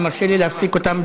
אתה מרשה לי להפסיק אותם,